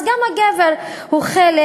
אז גם הגבר הוא חלק